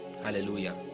Hallelujah